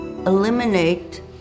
Eliminate